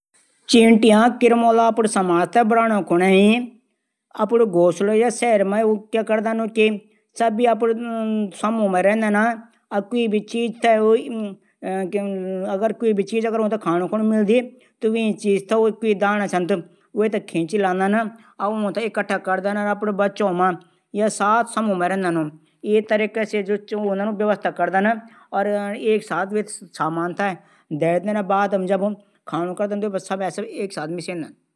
चींटियाँ किरूमुला अपडू समाज थै बढाणू कुनै अपडू घोषला या शहर मा क्या करदन कि सभी अपडू समूह मा रैंदन क्वी भी चीज अगर ऊंथै खाणू कुनै मिलदी। त वीं चीज थै ऊ दाणा छन त उ खींची लानदन और उंथै इक्ट्ठा करदन और साथ समूह मा रैदन ऊ। औय तरीका से ऊ व्यवस्था करदन ऊ। फिर जब लयूं सामान थे इक्कठा करूयं थे ऊ एक साथ खांदन।